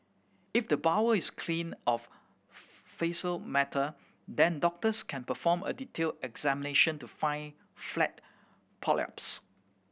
if the bowel is clean of faecal matter then doctors can perform a detailed examination to find flat polyps